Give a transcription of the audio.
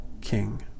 king